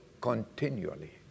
continually